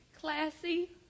classy